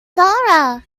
zora